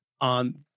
on